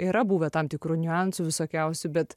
yra buvę tam tikrų niuansų visokiausių bet